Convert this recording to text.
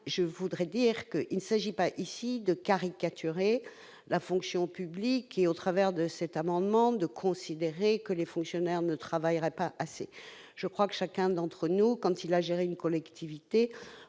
je voudrais dire que il ne s'agit pas ici de caricaturer la fonction publique et au travers de cet amendement de considérer que les fonctionnaires ne travailleraient pas assez, je crois que chacun d'entre nous, quand il a géré une collectivité